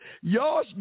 Y'all